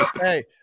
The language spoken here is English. Hey